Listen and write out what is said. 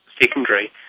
secondary